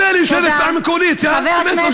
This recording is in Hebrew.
את ממילא יושבת עם הקואליציה, לשמוע,